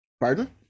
Pardon